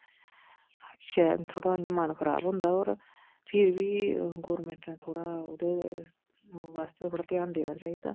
शैल थोह्ड़ा इयां मन खराब होंदा और फिर बी गवर्नमेंट ने थोह्ड़ा ओहदे आस्तै बास्ते ध्यान देना चाहिदा